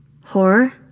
Horror